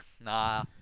nah